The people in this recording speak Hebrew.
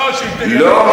שייתן מקום אחד.